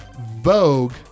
Vogue